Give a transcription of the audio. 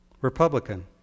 Republican